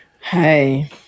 Hey